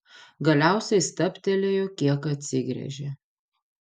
galiausiai stabtelėjo kiek atsigręžė